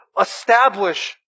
establish